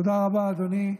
תודה רבה, אדוני.